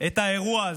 את האירוע הזה.